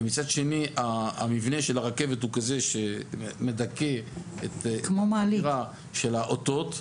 מצד שני המבנה של הרכבת הוא כזה שמדכא את החדירה של האותות.